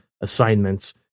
assignments